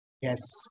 yes